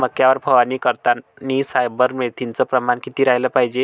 मक्यावर फवारनी करतांनी सायफर मेथ्रीनचं प्रमान किती रायलं पायजे?